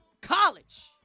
college